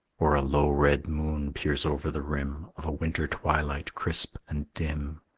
or a low red moon peers over the rim of a winter twilight crisp and dim,